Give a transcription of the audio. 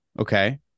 Okay